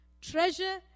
Treasure